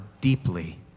deeply